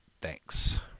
thanks